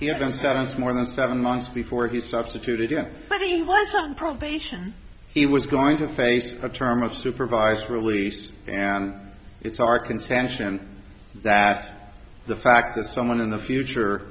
he haven't gotten more than seven months before he substituted yes but he was on probation he was going to face a term of supervised release and it's our contention that the fact that someone in the future